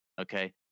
okay